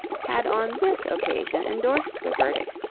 had on this occasion endorsed the verdict,